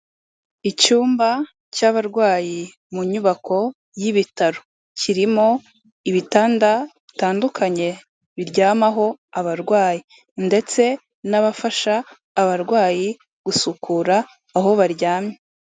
Icyumba cy'abarwayi mu nyubako y'ibitaro, kirimo ibitanda bitandukanye biryamaho abarwayi ndetse n'abafasha abarwayi gusukura aho baryamye.